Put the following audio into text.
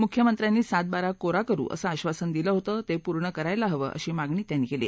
मुख्यमंत्र्यांनी सात बारा कोरा करू असं आधासन दिलं होतं ते पूर्ण करायला हवं अशी मागणी त्यांनी केली